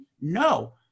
No